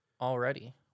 already